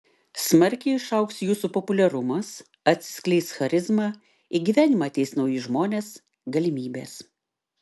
smarkiai išaugs jūsų populiarumas atsiskleis charizma į gyvenimą ateis nauji žmonės galimybės